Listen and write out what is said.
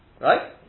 right